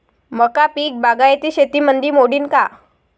मका पीक बागायती शेतीमंदी मोडीन का?